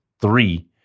three